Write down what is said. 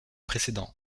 précédents